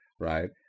right